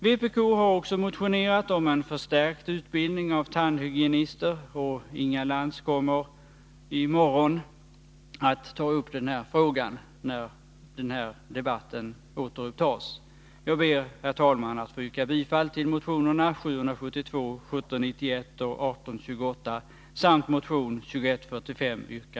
Vpk har också motionerat om en förstärkt utbildning av tandhygienister, Nr 126 och Inga Lantz kommer i morgon att ta upp den frågan när den här debatten Onsdagen den återupptas. 21 april 1982 Jag ber, herr talman, att få yrka bifall till motionerna 772, 1791 och 1828